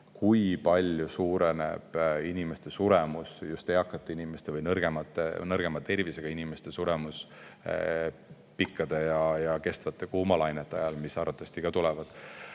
kui palju suureneb inimeste suremus, just eakate inimeste või nõrgema tervisega inimeste suremus pikkade ja kestvate kuumalainete ajal, mis arvatavasti [edaspidi] tulevad.